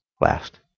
last